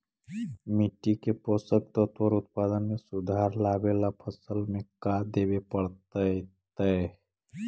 मिट्टी के पोषक तत्त्व और उत्पादन में सुधार लावे ला फसल में का देबे पड़तै तै?